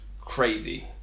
crazy